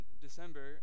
December